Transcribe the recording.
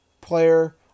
player